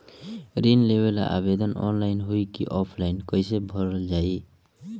ऋण लेवेला आवेदन ऑनलाइन होई की ऑफलाइन कइसे भरल जाई?